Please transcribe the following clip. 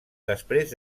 després